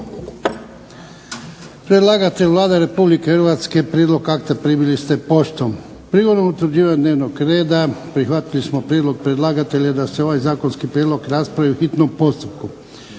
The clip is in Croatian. Predlagatelj Vlada Republike Hrvatske, prijedlog akta primili ste poštom. Prigodom utvrđivanja dnevnog reda prihvatili smo prijedlog predlagatelja da se ovaj Zakonski prijedlog raspravi u hitnom postupku.